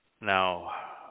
Now